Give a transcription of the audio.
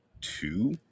two